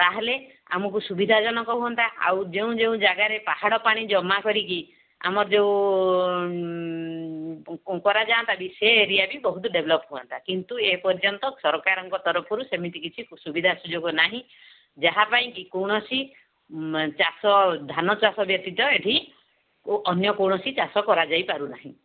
ତାହେଲେ ଆମକୁ ସୁବିଧାଜନକ ହୁଅନ୍ତା ଆଉ ଯେଉଁ ଯେଉଁ ଜାଗାରେ ପାହାଡ଼ ପାଣି ଜମା କରିକି ଆମର ଯେଉଁ କରାଯାଆନ୍ତା ବି ସେ ଏରିଆ ବି ବହୁତ ଡେଭଲପ୍ ହୁଅନ୍ତା କିନ୍ତୁ ଏପର୍ଯ୍ୟନ୍ତ ସରକାରଙ୍କ ତରଫରୁ ସେମିତି କିଛି ସୁବିଧା ସୁଯୋଗ ନାହିଁ ଯାହାପାଇଁକି କୌଣସି ଚାଷ ଧାନ ଚାଷ ବ୍ୟତୀତ ଏଠି ଅନ୍ୟ କୌଣସି ଚାଷ କରାଯାଇ ପାରୁନାହିଁ